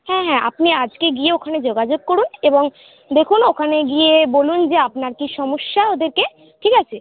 হ্যাঁ হ্যাঁ আপনি আজকে গিয়ে ওখানে যোগাযোগ করুন এবং দেখুন ওখানে গিয়ে বলুন যে আপনার কী সমস্যা ওদেরকে ঠিক আছে